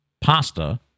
pasta